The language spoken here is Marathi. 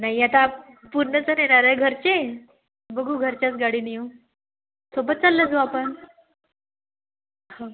नाही आता पूर्ण तर येणार आहे घरचे बघू घरच्याच गाडीनी येऊ सोबत चालल्या जाऊ आपण हो